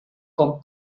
con